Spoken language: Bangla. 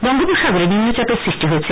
বঙ্গোপসাগর এ নিম্নচাপের সৃষ্টি হয়েছে